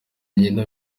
agirana